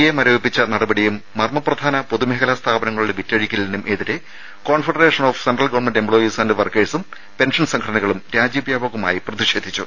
A മരവിപ്പിച്ച നടപടിയും മർമ്മപ്രധാന പൊതുമേഖലാ സ്ഥാപനങ്ങളുടെ വിറ്റഴിക്കലിനും എതിരെ confederation of central government employees and വർക്കേഴ്സും പെൻഷൻ സംഘടനകളും രാജ്യവ്യാപകമായി പ്രതിഷേധിച്ചു